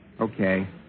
Okay